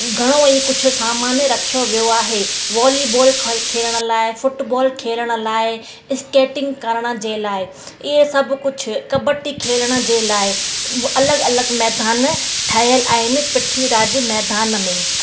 घणो ई कुझु सामानु रखियो वियो आहे वॉलीबॉल ख खेलण लाइ फुटबॉल खेलण लाइ स्केटींग करण जे लाइ इहे सभु कुझु कबडी खेलण जे लाइ अलॻि अलॻि मैदान ठाहियलु आहिनि पृथ्वी राज मैदान में